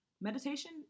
Meditation